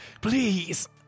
Please